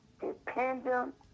dependent